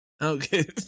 Okay